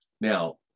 Now